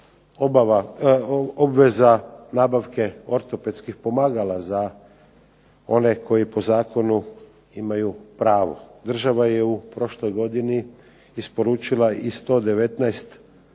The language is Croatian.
obveza nabavke ortopedskih pomagala za one koji po zakonu imaju pravo. Država je u prošloj godini isporučila i 119